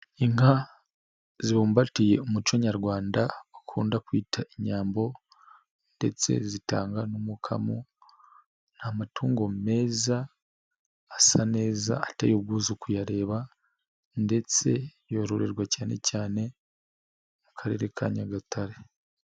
Inka zibumbatiye umuco Nyarwanda, bakunda kwita inyambo ndetse zitanga n'umkamo, ni amatungo meza, asa neza, ateye ubwuzu kuyareba ndetse yororerwa cyane cyane, mu karere ka Nyagatare.